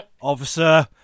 officer